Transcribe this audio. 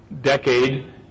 decade